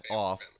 off